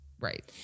Right